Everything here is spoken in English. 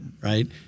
Right